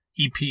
EP